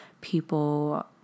people